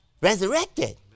resurrected